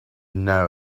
know